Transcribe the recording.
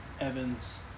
Evans